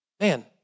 Man